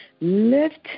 Lift